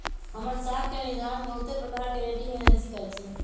हमर साख के निर्धारण बहुते प्रकार के रेटिंग एजेंसी करइ छै